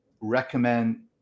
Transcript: recommend